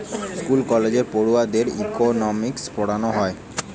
school কলেজে পড়ুয়াদের economics পোড়ানা হয়